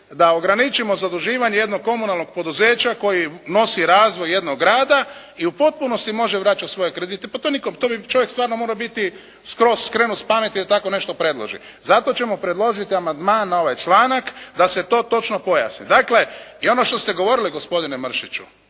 da ograničimo zaduživanje jednog komunalnog poduzeća koji nosi razvoj jednog grada i u potpunosti može vraćati svoje kredite. Pa to nitko, to bi čovjek morao biti skroz skrenut s pameti da takvo nešto predložiti. Zato ćemo predložiti amandman na ovaj članak da se to točno pojasni. Dakle, i ono što ste govorili gospodine Mršiću,